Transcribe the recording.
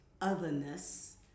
otherness